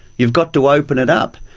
you've got to open it up.